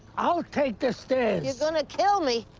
i'll take the stairs. you're going to kill me.